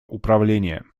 управления